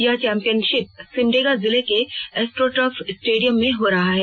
यह चैम्पियनशिप सिमडेगा जिले के एस्ट्रोटर्फ स्टेडियम में हो रही है